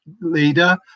leader